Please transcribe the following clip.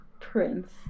Prince